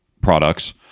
products